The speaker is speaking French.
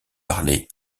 parler